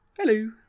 Hello